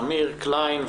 אמיר קליין,